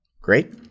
Great